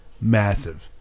massive